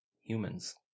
humans